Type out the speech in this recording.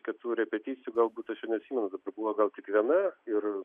kad tų repeticijų galbūt aš jau neatsimenu buvo gal tik viena ir